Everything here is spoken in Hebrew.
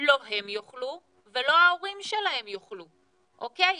לא הם יאכלו ולא ההורים שלהם יאכלו, אוקיי?